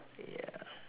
ya